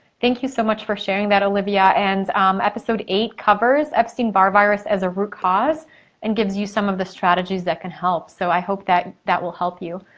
thank you so much for sharing that, olivia, and episode eight covers epstein barr virus as a root cause and gives you some of the strategies that can help. so i hope that that will help you.